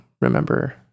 remember